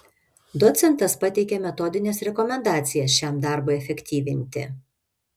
docentas pateikė metodines rekomendacijas šiam darbui efektyvinti